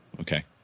Okay